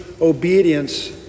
obedience